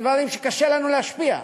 בדברים שקשה לנו להשפיע עליהם,